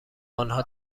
انها